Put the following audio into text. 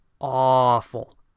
awful